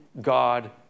God